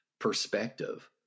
perspective